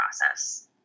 process